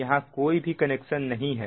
यहां कोई भी कनेक्शन नहीं है